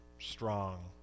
strong